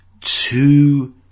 two